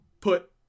put